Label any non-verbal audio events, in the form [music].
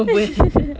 [noise]